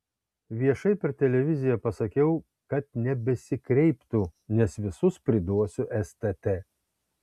viešai per televiziją pasakiau kad nebesikreiptų nes visus priduosiu stt